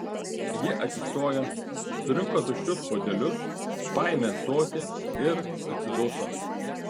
ji atsistojo surinko tuščius puodelius paėmė ąsotį ir atsiduso